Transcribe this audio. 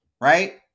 right